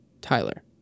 Tyler